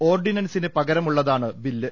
ഓർഡിനൻസിന് പകരമുള്ളതാണ് ബില്ല്